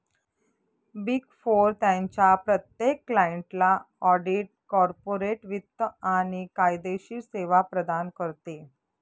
big four त्यांच्या प्रत्येक क्लायंटला ऑडिट, कॉर्पोरेट वित्त आणि कायदेशीर सेवा प्रदान करते